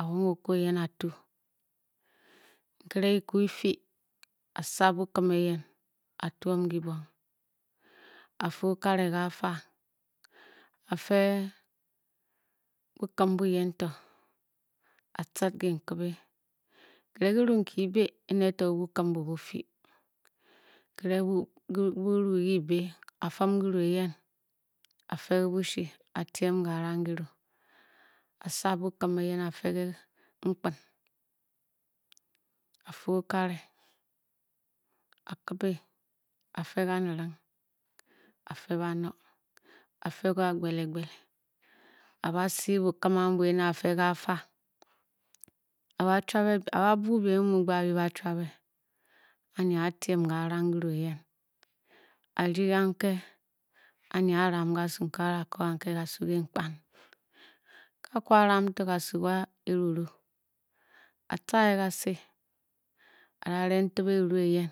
o ku o yen oto nkuo ke pu pi o sap bokem yen a toum ke bung a fu nkale ka far o feir bokem bo yen dor o fle nkebe nkele keru nke bae one tor bokem mbu bo fee nkele keren kauye bee afam kehi eyen o fe le bo slui or teem karang kelu o san bokem bour yen o reeg ger impka of or kale o kepei o ree kaneleng o fee banor oba seey bokem o feir ga far oba chuabe oba beu beim imbe quceloba chuame o waine oba tuine kelu ehen ar di kan keh an aye Alan ka su or cour kan ke ka su be ga pka or qua lanb Tor ga su war aruru a tar lee gasi or rare intep aruru eh yen